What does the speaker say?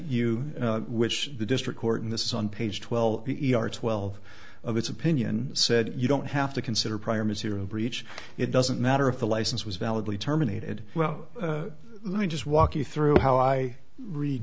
you which the district court in this is on page twelve twelve of it's opinion said you don't have to consider prior material breach it doesn't matter if the license was validly terminated well let me just walk you through how i read